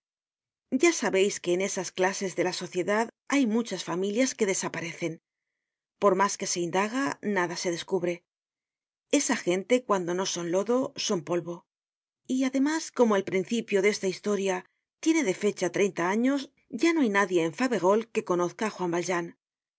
ya sabeis que en esas clases de la sociedad hay muchas familias que desaparecen por mas que se indaga nada se descubre esa gente cuando no son lodo son polvo y además como el principio de esta historia tiene de fecha treinta años ya no hay nadie en faverolles que conozca á juan valjean